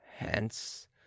Hence